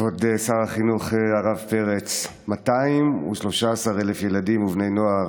כבוד שר החינוך הרב פרץ, 213,000 ילדים ובני נוער,